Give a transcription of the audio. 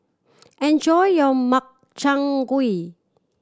enjoy your Makchang Gui